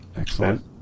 Excellent